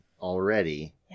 already